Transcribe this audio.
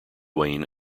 wayne